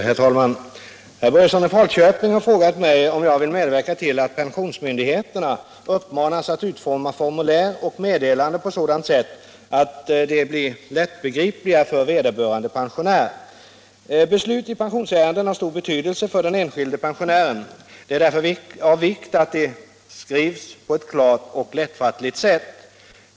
Herr talman! Herr Börjesson i Falköping har frågat mig om jag vill medverka till att pensionsmyndigheterna uppmanas att utforma formulär och meddelanden på sådant sätt att de blir lättbegripliga för vederbörande pensionär. Beslut i pensionsärenden har stor betydelse för den enskilde pensionären. Det är därför av vikt att de skrivs på ett klart och lättfattligt sätt.